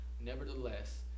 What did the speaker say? Nevertheless